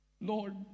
Lord